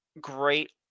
great